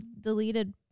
deleted